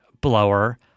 blower